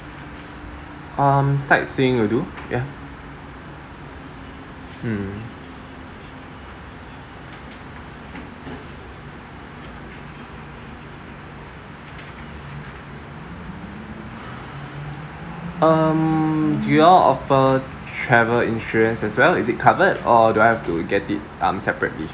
um sightseeing will do yeah mm um do you all offer travel insurance as well is it covered or do I have to get it um separately